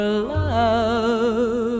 love